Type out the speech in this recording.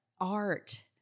art